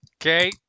Okay